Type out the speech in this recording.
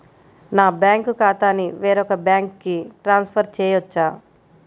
నా బ్యాంక్ ఖాతాని వేరొక బ్యాంక్కి ట్రాన్స్ఫర్ చేయొచ్చా?